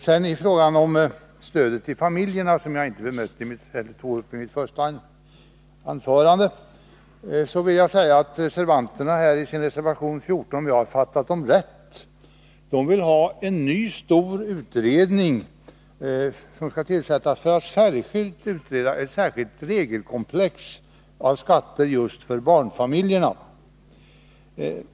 Beträffande frågan om stödet till familjerna, som jag inte bemötte i mitt första anförande, vill reservanterna bakom reservation 14, om jag har förstått dem rätt, få till stånd en ny stor utredning för att särskilt utreda ett speciellt regelkomplex av skatter just för barnfamiljerna.